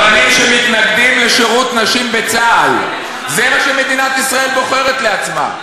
אני אקריא את